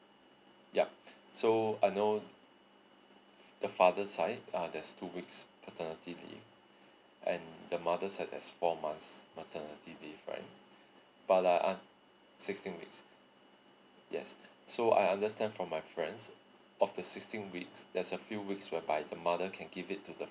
yup so I know the father side uh there's two weeks paternity leave and the mother side there's four months maternity leave right but uh un sixteen weeks ah yes so I understand from my friends of the sixteen weeks there's a few weeks whereby the mother can give it to the